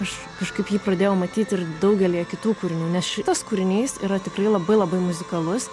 aš kažkaip jį pradėjau matyti ir daugelyje kitų kūrinių nes šitas kūrinys yra tikrai labai labai muzikalus